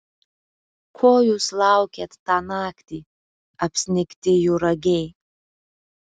ko jūs laukėt tą naktį apsnigti juragiai